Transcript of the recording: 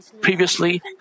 Previously